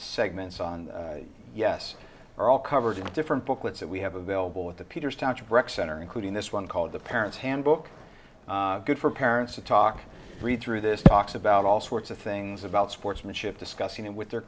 segments on yes are all covered in different booklets that we have available with the peters township rec center including this one called the parents handbook good for parents to talk read through this talks about all sorts of things about sportsmanship discussing it with their